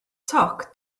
toc